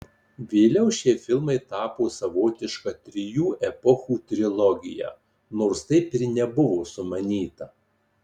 vėliau šie filmai tapo savotiška trijų epochų trilogija nors taip ir nebuvo sumanyta